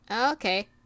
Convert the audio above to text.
Okay